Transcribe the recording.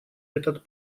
этот